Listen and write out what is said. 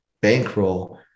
bankroll